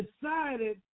decided